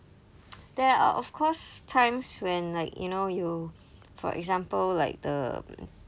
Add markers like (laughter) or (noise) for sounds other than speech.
(noise) there are of course times when like you know you for example like the hmm